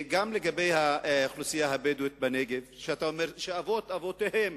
אמרת לגבי האוכלוסייה הבדואית בנגב שאבות אבותיהם